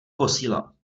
posílal